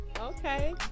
Okay